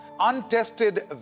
untested